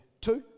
Two